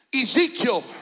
Ezekiel